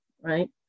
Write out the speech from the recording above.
right